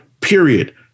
period